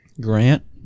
Grant